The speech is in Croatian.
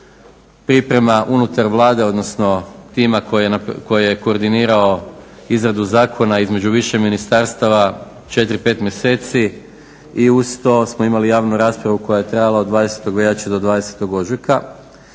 priprema unutar Vlade, odnosno tima koje je koordinirao izradu zakona između više ministarstava 4, 5 mjeseci. I uz to smo imali javnu raspravu koja je trajala od 20. veljače do 20. ožujka,